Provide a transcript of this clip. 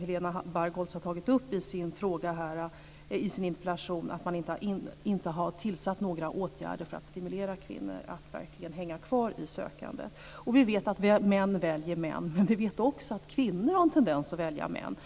Helena Bargholtz tar upp i sin interpellation det faktum att man inte har vidtagit åtgärder för att stimulera kvinnor att verkligen hänga kvar i sökandet. Vi vet ju att män väljer män. Men vi vet också att kvinnor har en tendens att välja män.